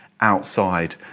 outside